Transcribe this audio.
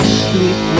sleep